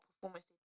performance